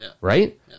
right